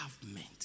government